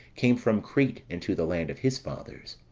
came from crete into the land of his fathers.